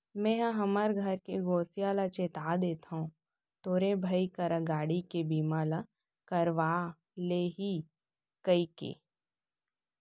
मेंहा हमर घर के गोसइया ल चेता देथव तोरे भाई करा गाड़ी के बीमा ल करवा ले ही कइले